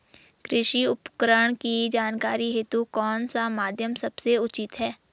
कृषि उपकरण की जानकारी हेतु कौन सा माध्यम सबसे उचित है?